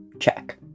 Check